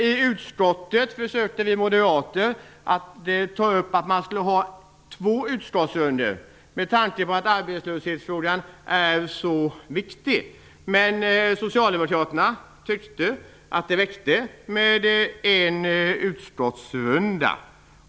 I utskottet föreslog vi moderater att vi skulle ha två utskottsrundor, med tanke på att arbetslöshetsfrågan är så viktig, men socialdemokraterna i utskottet tyckte att det räckte med en utskottsrunda.